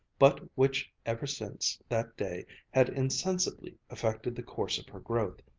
but which ever since that day had insensibly affected the course of her growth,